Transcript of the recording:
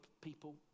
people